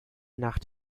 nach